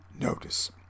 notice